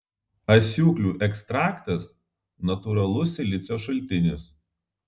asiūklių ekstraktas natūralus silicio šaltinis